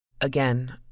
Again